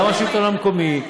גם השלטון המקומי,